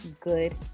good